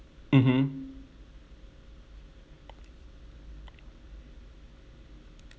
mmhmm